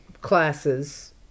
classes